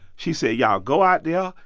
she said, y'all go out yeah